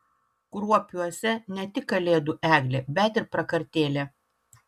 kruopiuose ne tik kalėdų eglė bet ir prakartėlė